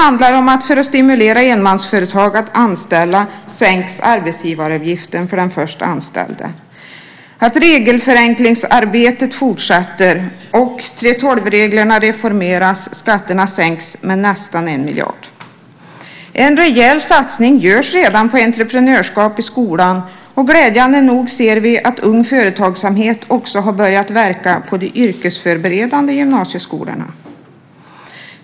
För att stimulera enmansföretag att anställa sänks arbetsgivaravgiften för den först anställda. Regelförenklingsarbetet fortsätter. 3:12-reglerna reformeras, och skatterna sänks med nästan 1 miljard. En rejäl satsning görs redan på entreprenörskap i skolan, och glädjande nog ser vi att Ung Företagsamhet också har börjat verka på de yrkesförberedande gymnasieskolorna.